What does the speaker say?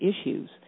issues